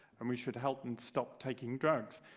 and we should help them stop taking drugs.